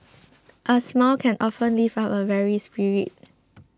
a smile can often lift up a weary spirit